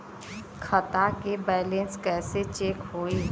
खता के बैलेंस कइसे चेक होई?